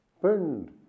burned